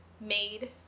made